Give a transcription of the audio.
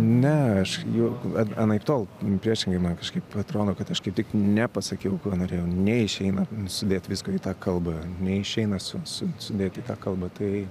ne aš jau anaiptol priešingai man kažkaip atrodo kad aš kaip tik nepasakiau ko norėjau neišeina sudėt visko į tą kalbą neišeina su sudėt į tą kalbą tai